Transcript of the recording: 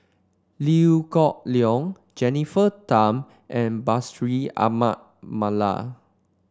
Liew Geok Leong Jennifer Tham and Bashir Ahmad Mallal